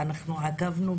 אנחנו עקבנו,